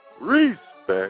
Respect